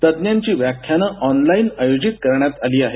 तज्ज्ञांची व्याख्यानं ऑनलाइन आयोजित करण्यात आली आहेत